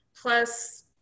plus